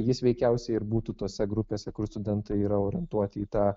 jis veikiausiai ir būtų tose grupėse kur studentai yra orientuoti į tą